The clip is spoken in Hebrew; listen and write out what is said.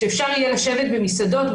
שאפשר יהיה לשבת במסעדות,